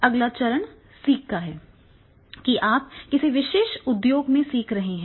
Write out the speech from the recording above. अगला चरण सीख रहा है क्या आप किसी विशेष उद्योग में सीख रहे हैं